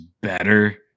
better